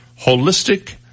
holistic